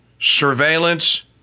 surveillance